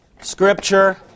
scripture